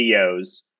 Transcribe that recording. videos